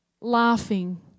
laughing